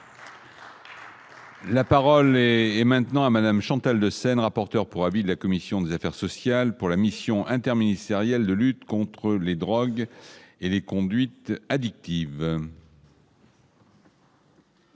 La parole est maintenant à madame Chantal de Seine, rapporteur pour avis de la commission des affaires sociales pour la Mission interministérielle de lutte contre les drogues et les conduites addictives.